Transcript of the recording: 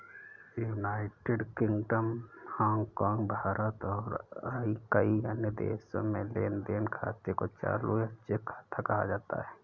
United Kingdom, Hong Kong, Bharat और कई अन्य देशों में लेन देन खाते को चालू या चेक खाता कहा जाता है